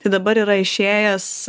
tai dabar yra išėjęs